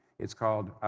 it's called.